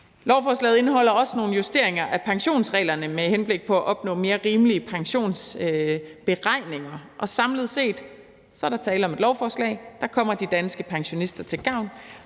Lovforslaget indeholder også nogle justeringer af pensionsreglerne med henblik på at opnå mere rimelige pensionsberegninger. Samlet set er der tale om et lovforslag, der kommer de danske pensionister til gavn,